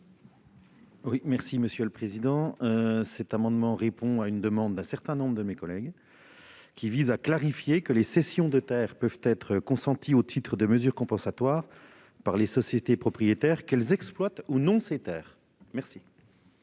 est à M. le rapporteur. Cet amendement vise à répondre à la demande d'un certain nombre de mes collègues. Il tend à prévoir que les cessions de terres peuvent être consenties au titre des mesures compensatoires par les sociétés propriétaires, qu'elles exploitent ou non ces terres. Les